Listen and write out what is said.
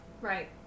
Right